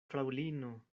fraŭlino